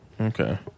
Okay